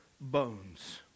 bones